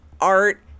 art